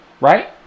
Right